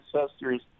ancestors